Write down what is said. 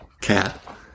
cat